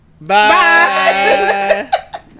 Bye